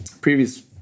previous